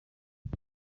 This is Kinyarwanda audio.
jye